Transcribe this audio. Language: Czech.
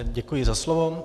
Děkuji za slovo.